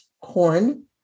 corn